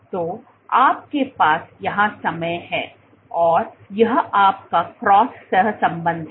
तो आपके पास यहां समय है और यह आपका क्रॉस सहसंबंध है